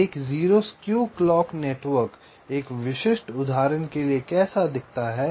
तो एक 0 skew clock network एक विशिष्ट उदाहरण के लिए कैसा दिखता है